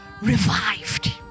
revived